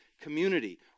community